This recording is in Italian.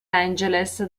angeles